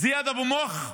זיאד אבו מוך,